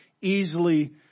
easily